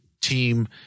team